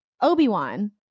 obi-wan